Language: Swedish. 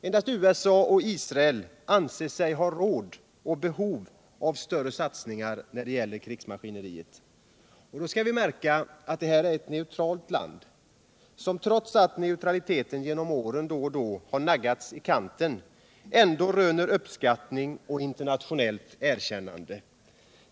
Endast USA och Israel anser sig ha råd och behov av större satsningar på krigsmaskineriet. Och då skall märkas att vi är ett neutralt land, som trots att neutraliteten genom åren då och då har naggats i kanten ändock röner uppskattning och internationellt erkännande.